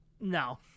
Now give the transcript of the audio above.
No